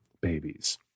babies